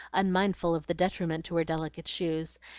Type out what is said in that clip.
unmindful of the detriment to her delicate shoes,